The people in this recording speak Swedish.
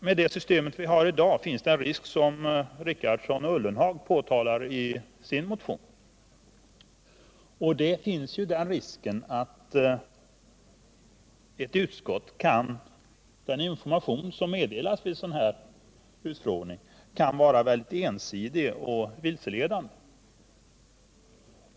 Med det system vi har i dag finns en risk, som Gunnar Richardson och Jörgen Ullenhag påtalar i sin motion, nämligen att den information som meddelas vid en sådan här utskottsutfrågning i ett utskott kan vara ensidig och vilseledande.